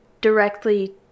directly